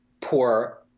poor